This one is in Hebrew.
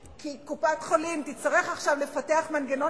כי קופת-חולים תצטרך עכשיו לפתח מנגנון